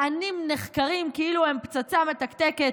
מענים נחקרים כאילו הם פצצה מתקתקת,